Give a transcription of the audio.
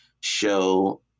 show